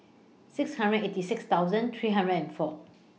six hundred eighty six thousand three hundred and four